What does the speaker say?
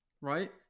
right